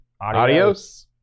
adios